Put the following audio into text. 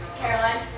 Caroline